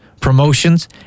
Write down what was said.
Promotions